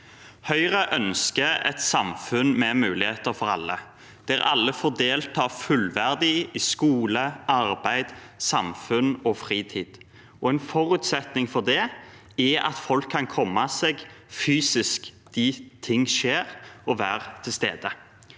Høyre ønsker et samfunn med muligheter for alle, der alle får delta fullverdig i skole, arbeid, samfunn og fritid. En forutsetning for det er at folk kan komme seg fysisk dit ting skjer og være til stede.